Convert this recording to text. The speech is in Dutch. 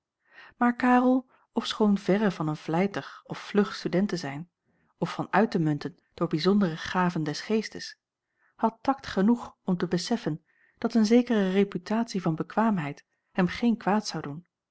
maar karel ofschoon verre van een vlijtig of vlug student te zijn of van uit te munten door bijzondere gaven des geestes had takt genoeg om te beseffen dat een zekere reputatie van bekwaamheid hem geen kwaad zou doen